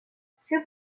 soup